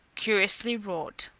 curiously wrought.